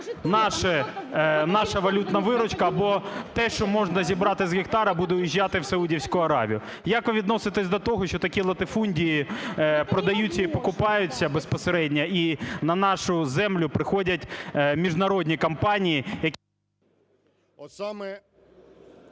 наша валютна виручка, бо те, що можна зібрати з гектара, буде уїжджати в Саудівську Аравію. Як ви відноситеся до того, що такі латифундії продаються і покупаються безпосередньо, і на нашу землю приходять міжнародні компанії, які…